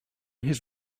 his